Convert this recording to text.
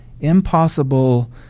impossible